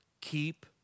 Keep